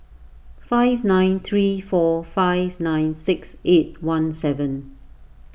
five nine three four five nine six eight one seven